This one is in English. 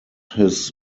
his